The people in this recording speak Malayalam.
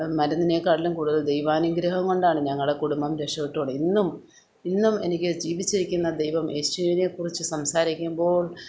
മരുന്നിനെക്കാട്ടിലും കൂടുതൽ ദൈവാനുഗ്രഹം കൊണ്ടാണ് ഞങ്ങളുടെ കുടുംബം രക്ഷപ്പെട്ട് തുടങ്ങിയത് ഇന്നും ഇന്നും എനിക്ക് ജീവിച്ചിരിക്കുന്ന ദൈവം യേശുവിനെ കുറിച്ച് സംസാരിക്കുമ്പോൾ